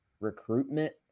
recruitment